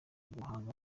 guhanga